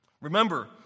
Remember